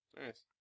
nice